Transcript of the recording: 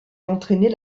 entraîner